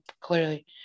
clearly